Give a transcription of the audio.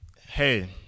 Hey